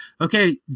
okay